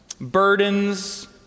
burdens